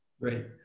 Great